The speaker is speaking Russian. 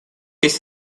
есть